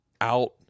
out